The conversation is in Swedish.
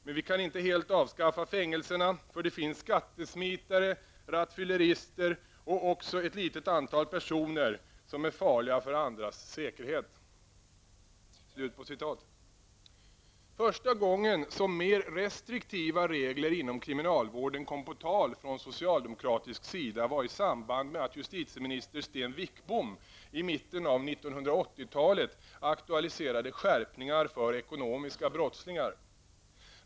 Men vi kan inte helt avskaffa fängelserna, för det finns skattesmitare, rattfyllerister och också ett litet antal personer som är farliga för andras säkerhet.'' Första gången som mer restriktiva regler inom kriminalvården kom på tal från socialdemokratisk sida var i samband med att justitieminister Sten Wickbom i mitten av 1980-talet aktualiserade skärpningar för ekonomiska brottslingar.